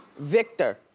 victor,